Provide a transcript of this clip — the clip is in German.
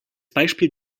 beispiel